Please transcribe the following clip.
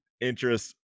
interest